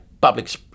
public